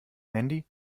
mandy